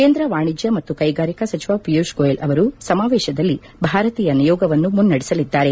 ಕೇಂದ್ರ ವಾಣಿಜ್ಯ ಮತ್ತು ಕೈಗಾರಿಕಾ ಸಚಿವ ಪಿಯೂಷ್ ಗೋಯಲ್ ಅವರು ಸಮಾವೇಶದಲ್ಲಿ ಭಾರತೀಯ ನಿಯೋಗವನ್ನು ಮುನ್ನಡೆಸಲಿದ್ದಾರೆ